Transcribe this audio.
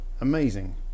amazing